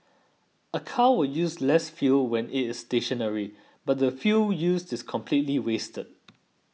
a car will use less fuel when it is stationary but the fuel used is completely wasted